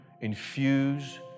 infuse